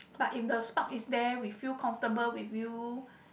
but if the spark is there we feel comfortable with you